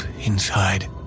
inside